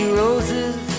roses